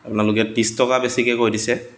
আপোনালোকে ত্ৰিছ টকা বেছিকৈ কৈ দিছে